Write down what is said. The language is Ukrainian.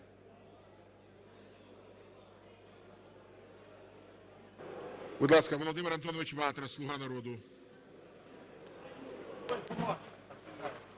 Будь ласка, Володимир Антонович Ватрас, "Слуга народу".